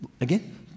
again